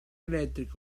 elettrica